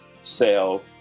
sell